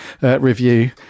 review